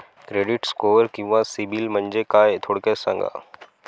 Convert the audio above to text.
Credit score किंवा CIBIL म्हणजे काय? थोडक्यात सांगा